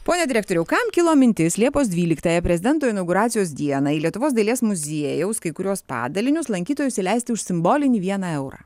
pone direktoriau kam kilo mintis liepos dvyliktąją prezidento inauguracijos dieną į lietuvos dailės muziejaus kai kuriuos padalinius lankytojus įleisti už simbolinį vieną eurą